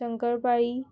शंकर पाळी